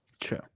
True